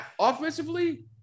offensively